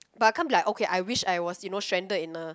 but I can't be like okay I wish I was you know stranded in a